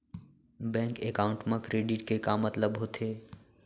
Bank account मा credit के का मतलब होथे?